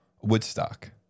Woodstock